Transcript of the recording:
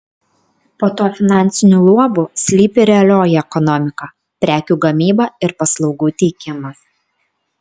po tuo finansiniu luobu slypi realioji ekonomika prekių gamyba ir paslaugų teikimas